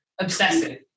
Obsessive